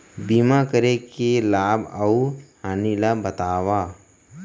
बीमा करे के लाभ अऊ हानि ला बतावव